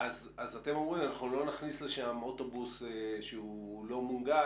אז אתם אומרים "אנחנו לא נכניס לשם אוטובוס שהוא לא מונגש"